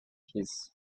his